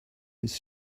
his